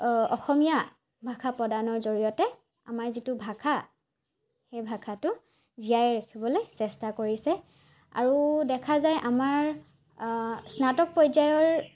অসমীয়া ভাষা প্ৰদানৰ জৰিয়তে আমাৰ যিটো ভাষা সেই ভাষাটো জীয়াই ৰাখিবলৈ চেষ্টা কৰিছে আৰু দেখা যায় আমাৰ স্নাতক পৰ্যায়ৰ